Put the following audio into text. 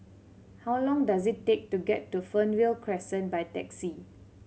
how long does it take to get to Fernvale Crescent by taxi